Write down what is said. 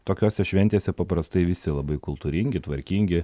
tokiose šventėse paprastai visi labai kultūringi tvarkingi